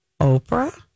Oprah